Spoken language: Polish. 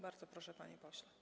Bardzo proszę, panie pośle.